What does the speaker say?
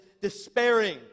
despairing